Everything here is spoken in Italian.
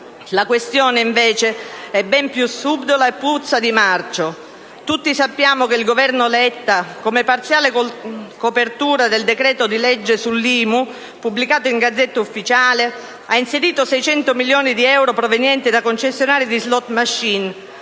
La questione, invece, è ben più subdola e puzza di marcio. Tutti sappiamo che il Governo Letta, come parziale copertura del decreto-legge sull'IMU, pubblicato in *Gazzetta Ufficiale*, ha inserito 600 milioni di euro provenienti da concessionari di *slot machine*